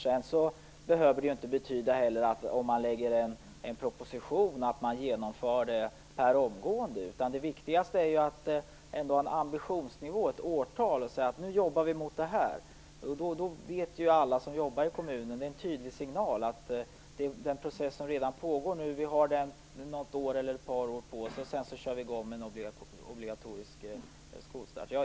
Att man lägger fram en proposition behöver inte betyda att man genomför detta omgående. Det viktigaste är att lägga fast en ambitionsnivå, ett årtal, och säga att nu jobbar vi framåt mot det här. Det är en tydlig signal till alla som jobbar i kommunen att de har ett eller ett par år på sig innan man kör i gång med en obligatorisk skolstart vid sex års ålder.